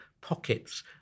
pockets